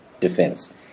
defense